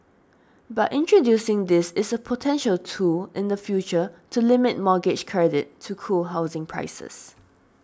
but introducing this is a potential tool in the future to limit mortgage credit to cool housing prices